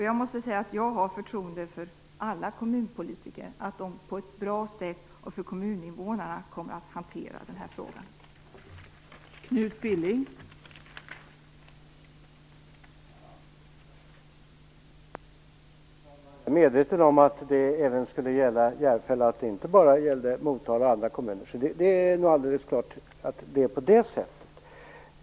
Jag måste säga att jag har förtroende för alla kommunpolitiker. Jag tror att de kommer att hantera den här frågan på ett bra sätt för kommuninvånarna.